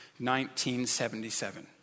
1977